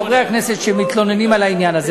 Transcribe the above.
חברי הכנסת שמתלוננים על העניין הזה.